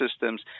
systems